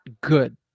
good